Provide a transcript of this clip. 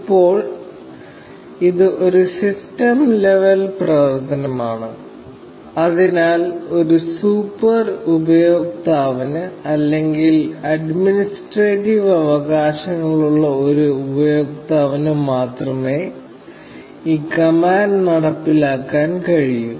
ഇപ്പോൾ ഇത് ഒരു സിസ്റ്റം ലെവൽ പ്രവർത്തനമാണ് അതിനാൽ ഒരു സൂപ്പർ ഉപയോക്താവിന് അല്ലെങ്കിൽ അഡ്മിനിസ്ട്രേറ്റീവ് അവകാശങ്ങളുള്ള ഒരു ഉപയോക്താവിന് മാത്രമേ ഈ കമാൻഡ് നടപ്പിലാക്കാൻ കഴിയൂ